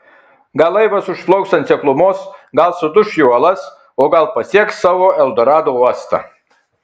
gal laivas užplauks ant seklumos gal suduš į uolas o gal pasieks savo eldorado uostą